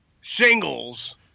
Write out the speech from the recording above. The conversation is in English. shingles